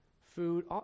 food